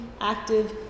active